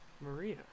Maria